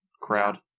crowd